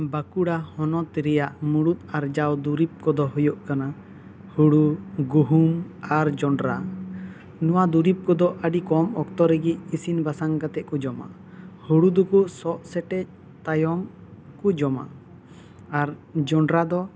ᱵᱟᱸᱠᱩᱲᱟ ᱦᱚᱱᱚᱛ ᱨᱮᱭᱟᱜ ᱢᱩᱬᱩᱛ ᱟᱨᱡᱟᱣ ᱫᱩᱨᱤᱵᱽ ᱠᱚ ᱫᱚ ᱦᱩᱭᱩᱜ ᱠᱟᱱᱟ ᱦᱳᱲᱳ ᱜᱩᱦᱩᱢ ᱟᱨ ᱡᱚᱱᱰᱨᱟ ᱱᱚᱣᱟ ᱫᱩᱨᱤᱵᱽ ᱠᱚ ᱫᱚ ᱟᱹᱰᱤ ᱠᱚᱢ ᱚᱠᱛᱚ ᱨᱮᱜᱮ ᱤᱥᱤᱱ ᱵᱟᱥᱟᱝ ᱠᱟᱛᱮ ᱠᱚ ᱡᱚᱢᱟ ᱦᱳᱲᱳ ᱫᱚ ᱠᱚ ᱥᱚᱜ ᱥᱮᱴᱮᱡ ᱛᱟᱭᱚᱢ ᱠᱚ ᱡᱚᱢᱟ ᱟᱨ ᱡᱚᱱᱰᱨᱟ ᱫᱚ